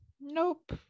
nope